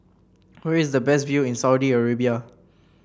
where is the best view in Saudi Arabia